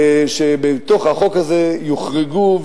שבתוך החוק הזה יוחרגו,